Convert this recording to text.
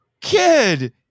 kid